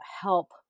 Help